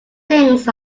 links